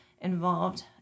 involved